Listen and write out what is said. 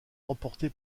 remportée